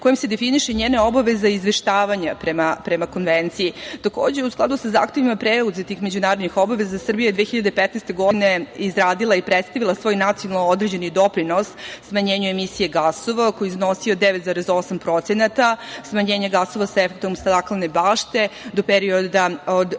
kojoj se definišu njene obaveze izveštavanja prema Konvenciji. Takođe, u skladu sa zahtevima preuzetih međunarodnih obaveza Srbija je 2015. godine izradila i predstavila svoj nacionalni određeni doprinos smanjenju emisije gasova koji je iznosio 9,8%, smanjenje gasova sa efektom staklene bašte do perioda od